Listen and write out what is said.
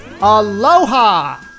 aloha